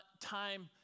time